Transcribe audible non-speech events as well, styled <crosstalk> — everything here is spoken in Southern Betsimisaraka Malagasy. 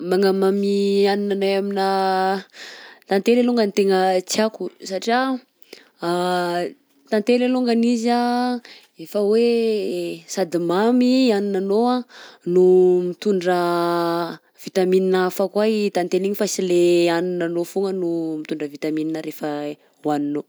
Magnamamy haninanahy aminà tantely alongany tegna tiako satria <hesitation> tantely alongany izy anh efa hoe sady mamy haninanao no mitondra vitamine hafa koa i tantely igny fa sy lay haninanao foagna no mitondra vitamine rehefa hohaninao.